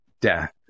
death